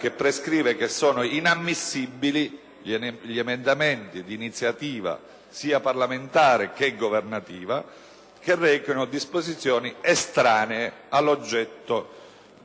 quale prescrive l'inammissibilità degli emendamenti, di iniziativa sia parlamentare che governativa, che rechino disposizioni estranee all'oggetto di